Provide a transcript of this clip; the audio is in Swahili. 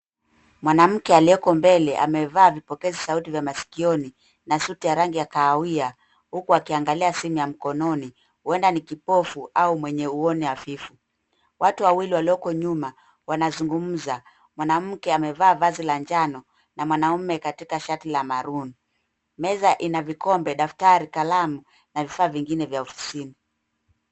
Mwanamke aliye mbele amevaa vipokea sauti vya masikioni na suti ya rangi ya kahawia huku akiangalia simu ya mkononi huenda ni kipofu au mwenye uone hafifu. Watu wawili walioko nyuma wanazungumza. Mwanamke amevaa vazi la njano na mwanaume katika shati la maroon . Meza ina vikombe, daftari, kalamu na vifaa vingine vya ofisini.